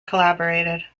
collaborated